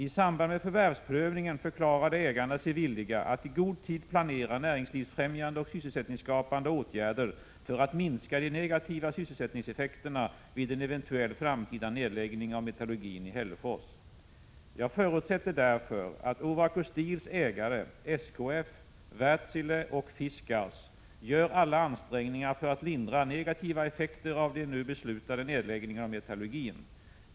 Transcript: I samband med förvärvsprövningen förklarade ägarna sig villiga att i god tid planera näringslivsfrämjande och sysselsättningsskapande åtgärder för att minska de negativa sysselsättningseffekterna vid en eventuell framtida nedläggning av metallurgin i Hällefors. Jag förutsätter därför att Ovako Steels ägare, SKF, Wärtsilä och Fiskars, gör alla ansträngningar för att lindra negativa effekter av den nu beslutade nedläggningen av metallurgin.